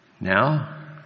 Now